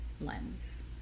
lens